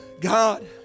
God